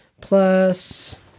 plus